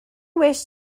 wish